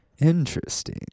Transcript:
Interesting